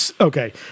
okay